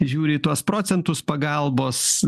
žiūri į tuos procentus pagalbos